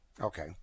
Okay